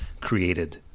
created